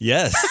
Yes